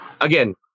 Again